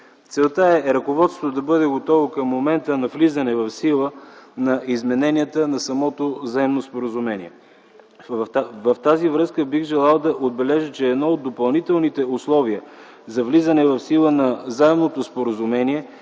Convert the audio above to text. Целта е ръководството да бъде готово към момента на влизане в сила на измененията на самото заемно споразумение. В тази връзка бих желал да отбележа, че едно от допълнителните условия за влизане в сила на Заемното споразумение